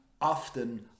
often